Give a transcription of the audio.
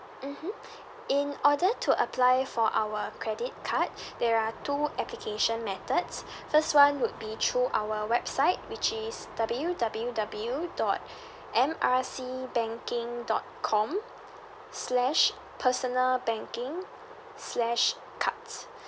mmhmm in order to apply for our credit card there are two application methods first one would be through our website which is W_W_W dot M R C banking dot com slash personal banking slash cards